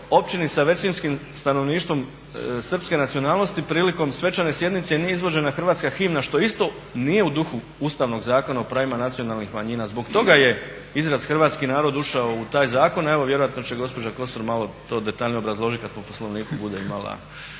općini sa većinskim stanovništvom Srpske nacionalnosti prilikom svečane sjednice nije izvođena hrvatska himna što isto nije u duhu Ustavnog zakona o pravima nacionalnih manjina. Zbog toga je izraz hrvatski narod ušao u taj zakon, a evo vjerojatno će gospođa Kosor malo to detaljnije obrazložiti kada po poslovniku bude imala